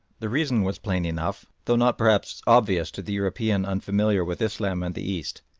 the reason was plain enough, though not perhaps obvious to the european unfamiliar with islam and the east.